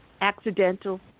accidental